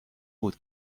بود